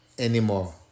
Anymore